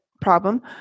problem